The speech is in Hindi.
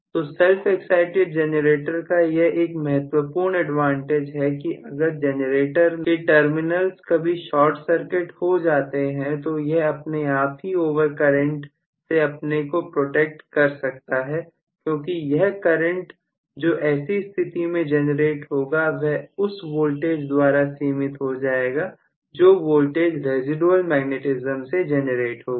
तो self excited जनरेटर का यह एक महत्वपूर्ण एडवांटेज है कि अगर जनरेटर के टर्मिनल्स कभी शॉर्ट सर्किट हो जाते हैं तो यह अपने आप ही ओवरकरेंट से अपने को प्रोटेक्ट कर सकता है क्योंकि यह करंट जो ऐसी स्थिति में जनरेट होगा वह उस वोल्टेज द्वारा सीमित हो जाएगा जो वोल्टेज रेसीडुएल मैग्नेटिज्म से जनरेट होगी